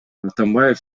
атамбаев